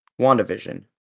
WandaVision